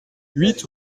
huit